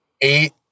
eight